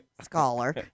Scholar